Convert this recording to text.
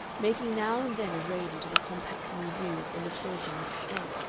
making now and then a raid into the compact museum of illustration next door,